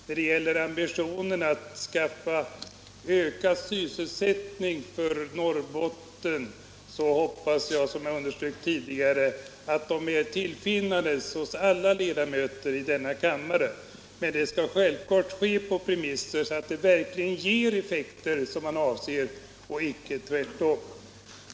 När det gäller ambitionen att skaffa ökad sysselsättning för Norrbotten hoppas jag, som jag underströk tidigare, att den är till finnandes hos alla ledamöter i denna kammare. Men det skall självfallet ske på sådana premisser att det verkligen blir de effekter som man avser och icke tvärtom.